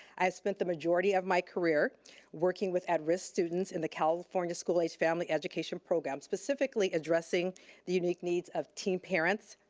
i spent a majority of my career working with at-risk students in the california school aged family education program, specifically addressing the unique needs of teen parents,